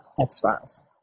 X-Files